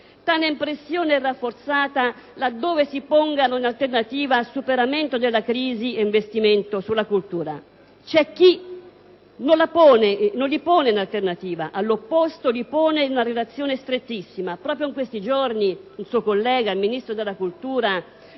Tale impressione è rafforzata laddove si pongano in alternativa superamento della crisi e investimento sulla cultura. C'è chi non li pone in alternativa, all'opposto li pone in una relazione strettissima. Proprio in questi giorni un suo collega, il ministro della cultura